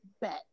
bet